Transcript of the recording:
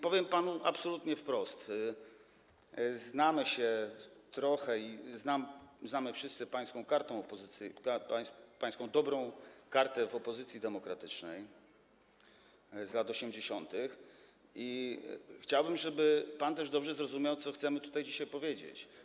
Powiem panu absolutnie wprost: znamy się trochę i znam, znamy wszyscy pańską kartę, pańską dobrą kartę w opozycji demokratycznej z lat 80. i chciałbym, żeby pan też dobrze zrozumiał, co chcemy tutaj dzisiaj powiedzieć.